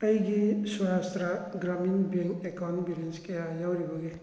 ꯑꯩꯒꯤ ꯁꯨꯋꯥꯁꯇ꯭ꯔꯥ Grameen bank account balance ꯀꯌꯥ ꯌꯥꯎꯔꯤꯕꯒꯦ